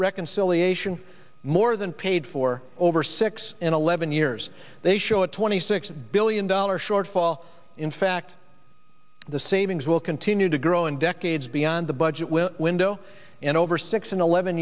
reconciliation more than paid for over six in eleven years they show a twenty six billion dollar shortfall in fact the savings will continue to grow and decades beyond the budget will window and over six in eleven